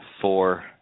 four